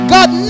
God